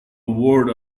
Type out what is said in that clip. word